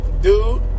dude